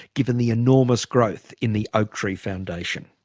given the enormous growth in the oaktree foundation.